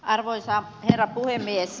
arvoisa herra puhemies